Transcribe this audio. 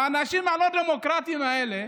האנשים הלא-דמוקרטיים האלה